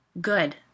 Good